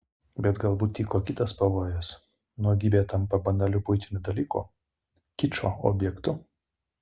bet galbūt tyko kitas pavojus nuogybė tampa banaliu buitiniu dalyku kičo objektu